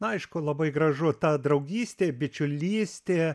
na aišku labai gražu ta draugystė bičiulystė